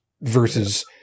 Versus